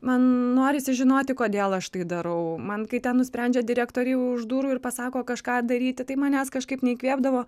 man norisi žinoti kodėl aš tai darau man kai ten nusprendžia direktoriai už durų ir pasako kažką daryti tai manęs kažkaip neįkvėpdavo